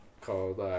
called